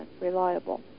reliable